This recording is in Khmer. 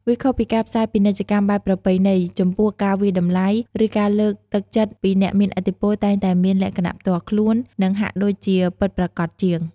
វាខុសពីការផ្សាយពាណិជ្ជកម្មបែបប្រពៃណី ចំពោះការវាយតម្លៃ ឬការលើកទឹកចិត្តពីអ្នកមានឥទ្ធិពលតែងតែមានលក្ខណៈផ្ទាល់ខ្លួន និងហាក់ដូចជាពិតប្រាកដជាង។